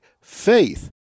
faith